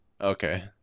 Okay